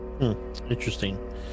Interesting